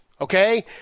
Okay